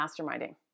masterminding